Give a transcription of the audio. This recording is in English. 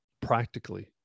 practically